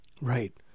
Right